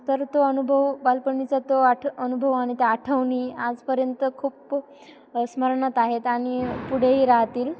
तर तो अनुभव बालपणीचा तो आठ अनुभव आणि त्या आठवणी आजपर्यंत खूप खूप स्मरणात आहेत आणि पुढेही राहतील